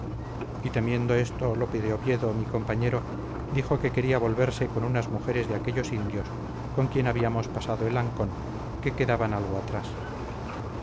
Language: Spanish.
y temiendo esto lope de oviedo mi compañero dijo que quería volverse con unas mujeres de aquellos indios con quien habíamos pasado el ancón que quedaban algo atrás